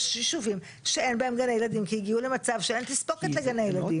יש יישובים שאין בהם גני ילדים כי הגיעו למצב שאין תספוקת לגני ילדים.